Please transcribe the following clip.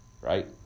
Right